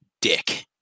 dick